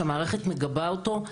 שהמערכת מגבה אותו.